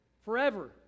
Forever